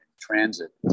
transit